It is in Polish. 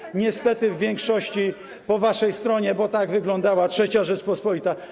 mediów niestety w większości po waszej stronie, bo tak wyglądała III Rzeczpospolita.